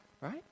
right